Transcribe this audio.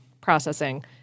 processing